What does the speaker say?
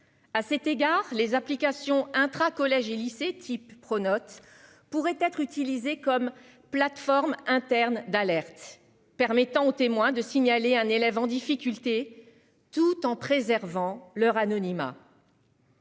À cet égard les applications intra-. Collèges et lycées type Pronote pourrait être utilisée comme plateforme interne d'alerte permettant aux témoins de signaler un élève en difficulté. Tout en préservant leur anonymat.